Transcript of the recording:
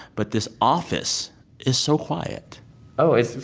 but this office is so quiet oh, it's.